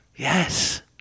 Yes